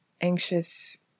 anxious